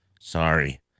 Sorry